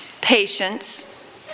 patience